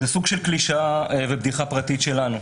זה סוג של קלישאה ובדיחה פרטית שלנו,